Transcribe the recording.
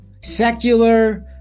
secular